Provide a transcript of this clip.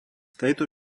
tejto